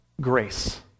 grace